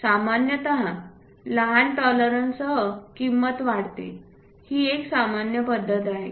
सामान्यत लहान टॉलरन्ससह किंमत वाढते ही एक सामान्य पध्दत आहे